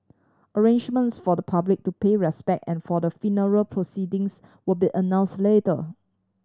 arrangements for the public to pay respect and for the funeral proceedings will be announce later